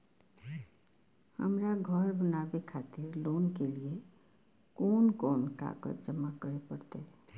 हमरा घर बनावे खातिर लोन के लिए कोन कौन कागज जमा करे परते?